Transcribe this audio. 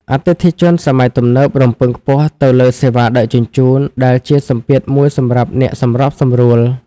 អតិថិជនសម័យទំនើបរំពឹងខ្ពស់ទៅលើសេវាដឹកជញ្ជូន ដែលជាសម្ពាធមួយសម្រាប់អ្នកសម្របសម្រួល។